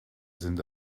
sind